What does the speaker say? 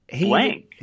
blank